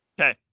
Okay